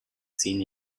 seen